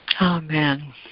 Amen